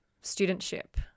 studentship